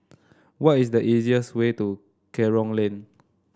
what is the easiest way to Kerong Lane